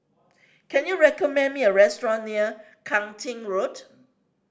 can you recommend me a restaurant near Kang Ching Road